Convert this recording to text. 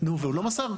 והוא לא מסר?